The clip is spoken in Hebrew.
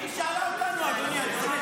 היא שאלה אותנו אז אני עונה.